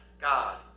God